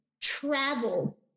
travel